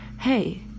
hey